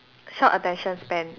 short attention span